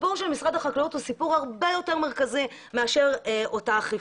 הסיפור של משרד החקלאות הוא סיפור הרבה יותר מרכזי מאותה אכיפה.